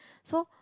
so